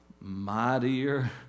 mightier